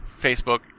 Facebook